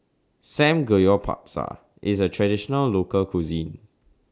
Samgeyopsal IS A Traditional Local Cuisine